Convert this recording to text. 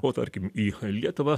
o tarkim į lietuvą